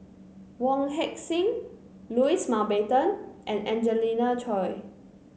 Wong Heck Sing Louis Mountbatten and Angelina Choy